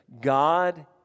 God